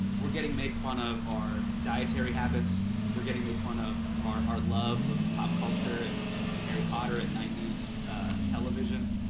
we're getting made fun of our dietary habits. we're getting made fun of our our love of pop culture and and and harry popter and ninety s television.